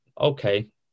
okay